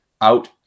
out